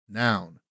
noun